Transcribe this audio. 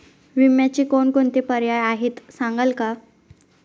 विम्याचे कोणकोणते पर्याय आहेत सांगाल का?